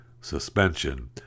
suspension